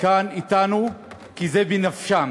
כאן אתנו כי זה בנפשם,